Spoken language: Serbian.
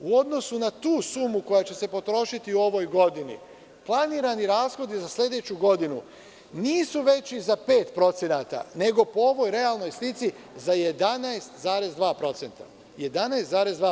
U odnosu na tu sumu koja će se potrošiti u ovoj godini, planirani rashodi za sledeću godinu nisu veći za 5%, nego po ovoj realnoj slici za 11,2%